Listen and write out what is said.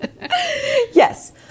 Yes